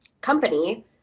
company